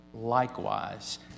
likewise